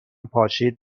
پاشید